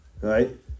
Right